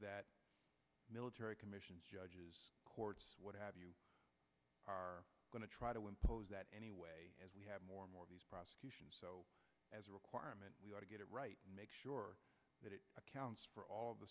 that military commissions judges courts what have you are going to try to impose that anyway as we have more and more of these prosecutions so as a requirement we ought to get it right and make sure that it accounts for all the